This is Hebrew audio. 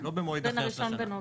לא במועד אחר של השנה.